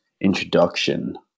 introduction